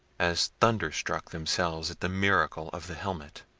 as thunderstruck themselves at the miracle of the helmet.